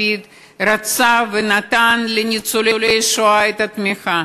לפיד רצה ונתן לניצולי השואה את התמיכה,